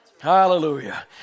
Hallelujah